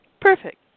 Perfect